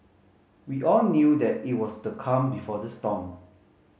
we all knew that it was the calm before the storm